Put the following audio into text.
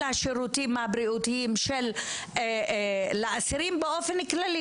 השירותים הבריאותיים לאסירים באופן כללי,